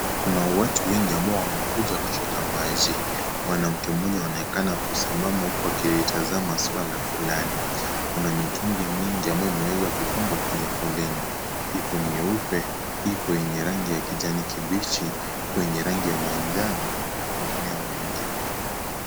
Kuna watu wengi ambao wamekuja kuchota maji. Mwanamke mmoja anaonekana kusimama huku akilitazama suala fulani. Kuna mitungi mingi ambayo imeweza kupangwa kwenye foleni. Ipo mieupe, ipo yenye rangi ya kijani kibichi, iko yenye rangi ya manjano na mingineo mingi.